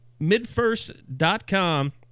midfirst.com